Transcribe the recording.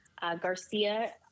Garcia